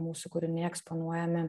mūsų kūriniai eksponuojami